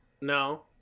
No